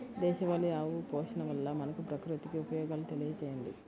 దేశవాళీ ఆవు పోషణ వల్ల మనకు, ప్రకృతికి ఉపయోగాలు తెలియచేయండి?